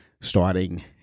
starting